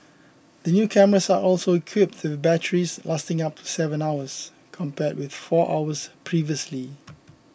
the new cameras are also equipped the batteries lasting up seven hours compared with four hours previously